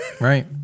right